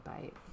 bite